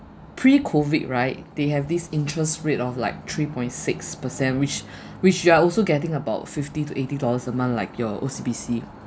pre-COVID right they have this interest rate of like three point six per cent which which we're also getting about fifty to eighty dollars a month like your O_C_B_C